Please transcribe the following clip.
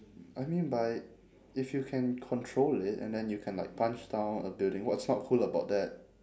I mean but if you can control it and then you can like punch down a building what's not cool about that